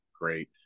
great